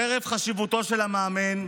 חרף חשיבותו של המאמן,